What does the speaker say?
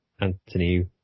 Anthony